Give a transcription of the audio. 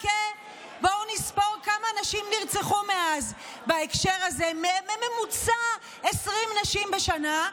בואו נספור כמה נשים נרצחו מאז בהקשר הזה 20 נשים בשנה בממוצע.